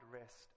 rest